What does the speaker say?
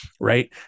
Right